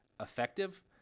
effective